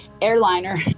airliner